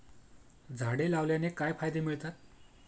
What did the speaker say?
झाडे लावण्याने काय फायदे मिळतात?